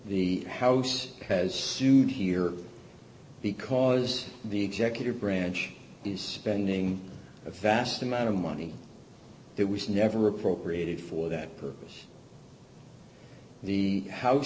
the house has sued here because the executive branch is spending a vast amount of money that was never appropriate for that purpose the house